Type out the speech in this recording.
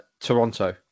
Toronto